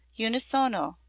unisono,